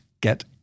get